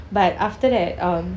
but after that um